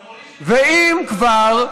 להוריד את, ואם כבר,